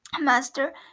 master